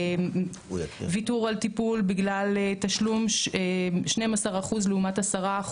ויתור על טיפול בגלל תשלום 12% לעומת 10%,